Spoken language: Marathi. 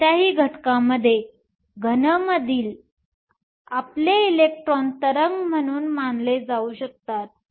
कोणत्याही घटकामध्ये घनमधील आपले इलेक्ट्रॉन तरंग म्हणून मानले जाऊ शकतात